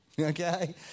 Okay